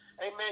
amen